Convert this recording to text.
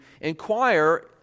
inquire